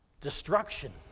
Destruction